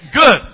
Good